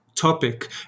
topic